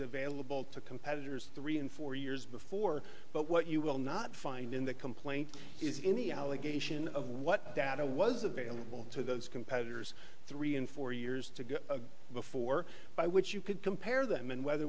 available to competitors three and four years before but what you will not find in the complaint is in the allegation of what data was available to those competitors three and four years to go before by which you could compare them and whether